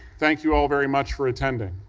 thank you all very much for attending.